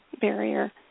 barrier